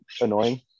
annoying